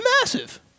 massive